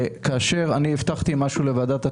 כאשר אני הבטחתי משהו לוועדת הכספים,